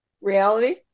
reality